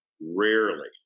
rarely